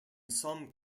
some